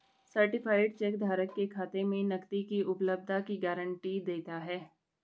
certified check धारक के खाते में नकदी की उपलब्धता की गारंटी देता है